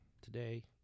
today